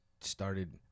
started